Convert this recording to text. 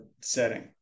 setting